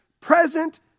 present